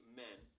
men